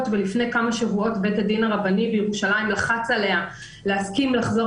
ולפני כמה שבועות בית הדין הרבני בירושלים לחץ עליה להסכים לחזור